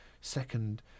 second